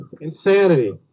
Insanity